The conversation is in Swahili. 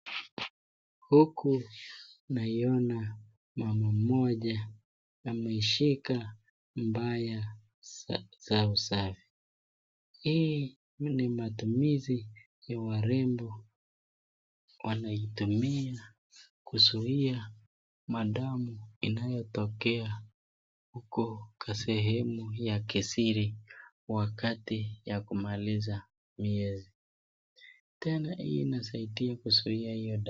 Huku, naiona mama mmoja ameshika mbaya za usafi. Hii ni matumizi ya warembo. Wanaitumia kuzuia madamu inayotokea huko sehemu ya kisiri wakati ya kumaliza miezi. Tena, hii inasaidia kuzuia hiyo damu.